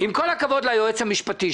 עם כל הכבוד ליועץ המשפטי,